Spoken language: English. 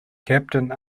captain